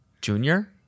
junior